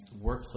workflow